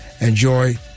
Enjoy